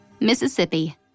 Mississippi